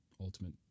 Ultimate